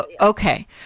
Okay